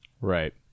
Right